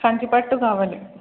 కంచిపట్టు కావాలి